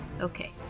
Okay